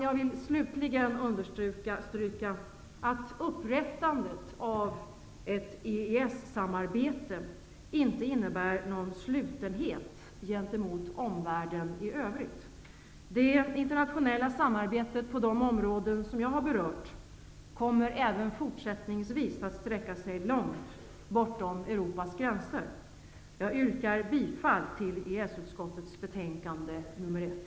Jag vill slutligen understryka att upprättandet av ett EES-samarbete inte innebär någon slutenhet gentemot omvärlden i övrigt. Det internationella samarbetet på de områden som jag har berört kommer även fortsättningsvis att sträcka sig långt bortom Europas gränser. Jag yrkar bifall till hemställan i EES-utskottets betänkande nr 1.